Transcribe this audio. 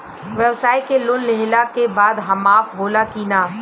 ब्यवसाय के लोन लेहला के बाद माफ़ होला की ना?